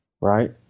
Right